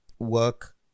work